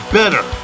better